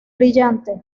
brillante